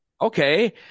okay